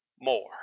more